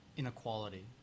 inequality